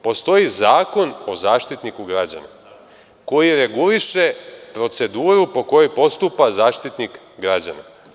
Postoji Zakon o Zaštitniku građana koji reguliše proceduru po kojoj postupa Zaštitnik građana.